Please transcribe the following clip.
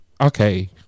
okay